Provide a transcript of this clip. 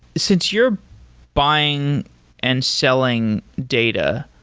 since you're buying and selling data,